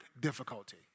difficulty